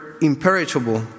imperishable